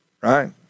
right